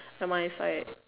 on my side